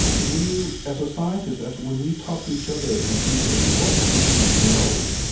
when you as a scientist, as when we talk to each other and someone says, what do you know?